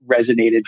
resonated